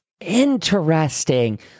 Interesting